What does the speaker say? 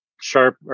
Sharp